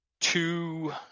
two